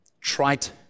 trite